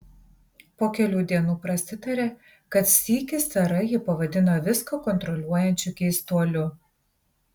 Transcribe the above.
po kelių dienų prasitarė kad sykį sara jį pavadino viską kontroliuojančiu keistuoliu